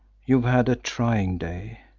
you've had a trying day.